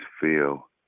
feel